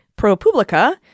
ProPublica